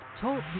Talk